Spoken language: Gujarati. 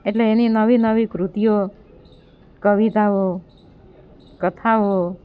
એટલે એની નવી નવી કૃતિઓ કવિતાઓ કથાઓ